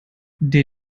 der